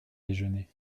déjeuner